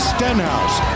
Stenhouse